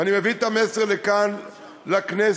ואני מביא את המסר לכאן לכנסת.